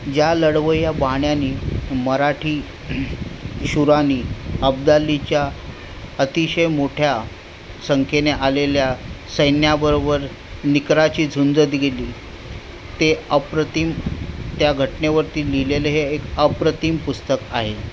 ज्या लढवय्या बाण्यानी मराठी शूरांनी अब्दालीच्या अतिशय मोठ्या संख्येने आलेल्या सैन्याबरोबर निकराची झुंज दिलेली ते अप्रतिम त्या घटनेवरती लिहिलेले हे एक अप्रतिम पुस्तक आहे